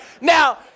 Now